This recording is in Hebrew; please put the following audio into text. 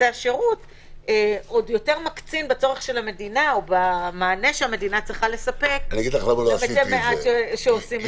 שירות עוד יותר מקצין במענה שהמדינה צריכה לספק למתי מעט שעושים.